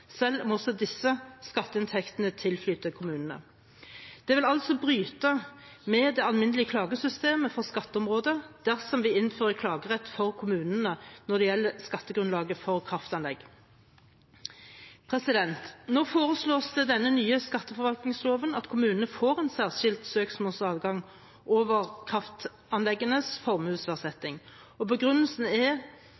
selv om også disse skatteinntektene tilflyter kommunene. Det vil altså bryte med det alminnelige klagesystemet for skatteområdet dersom vi innfører klagerett for kommunene når det gjelder skattegrunnlaget for kraftanlegg. Nå foreslås det i denne nye skatteforvaltningsloven at kommunene får en særskilt søksmålsadgang over